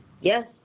Yes